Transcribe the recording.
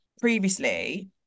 previously